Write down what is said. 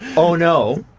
oh, no,